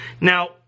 Now